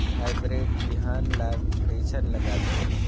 Hybrid बिहान ला कइसन लगाथे?